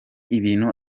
ibintu